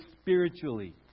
spiritually